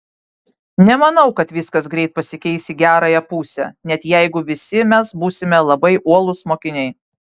nemanau kad viskas greit pasikeis į gerąją pusę net jeigu visi mes būsime labai uolūs mokiniai